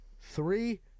three